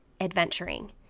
adventuring